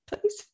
please